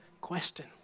question